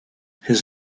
his